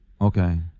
Okay